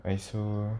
I also